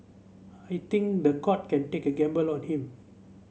I think the court can take a gamble on him